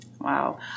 Wow